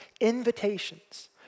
invitations